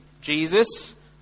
Jesus